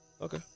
Okay